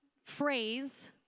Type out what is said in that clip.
phrase